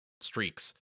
streaks